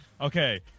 Okay